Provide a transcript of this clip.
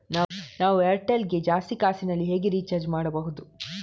ನಾವು ಏರ್ಟೆಲ್ ಗೆ ಜಾಸ್ತಿ ಕಾಸಿನಲಿ ಹೇಗೆ ರಿಚಾರ್ಜ್ ಮಾಡ್ಬಾಹುದು?